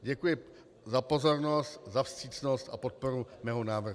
Děkuji za pozornost, za vstřícnost a podporu mého návrhu.